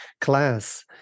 class